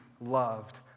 loved